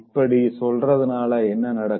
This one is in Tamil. இப்படி சொல்றதுநாள என்ன நடக்கும்